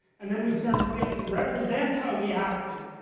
and then we started to be able to represent how we acted.